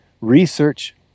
research